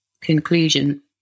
conclusion